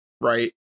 Right